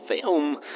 film